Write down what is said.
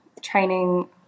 training